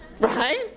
right